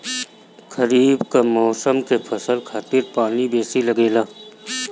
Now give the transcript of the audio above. खरीफ कअ मौसम के फसल खातिर पानी बेसी लागेला